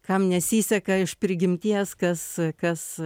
kam nesiseka iš prigimties kas kas